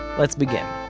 let's begin.